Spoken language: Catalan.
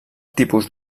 tipus